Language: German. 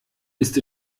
ist